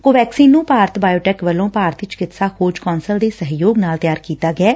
ਕੋ ਵੈਕਸੀਨ ਨੂੰ ਭਾਰਤ ਬਾਇਓਟੈਕ ਵਲੋਂ ਭਾਰਤੀ ਚਿਕਿਤਸਾ ਖੋਜ ਕੋਂਸਲ ਦੇ ਸਹਿਯੋਗ ਨਾਲ ਤਿਆਰ ਕੀਤਾ ਗਿਆ ਏ